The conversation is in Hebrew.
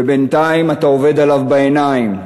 ובינתיים אתה עובד עליו בעיניים,